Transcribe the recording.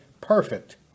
perfect